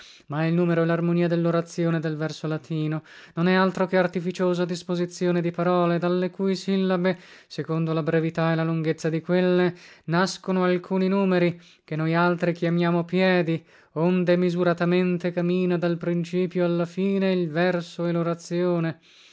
ma il numero e larmonia dellorazione e del verso latino non è altro che artificiosa disposizione di parole dalle cui sillabe secondo la brevità e la lunghezza di quelle nascono alcuni numeri che noi altri chiamiamo piedi onde misuratamente camina dal principio alla fine il verso